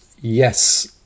yes